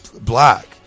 black